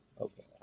Okay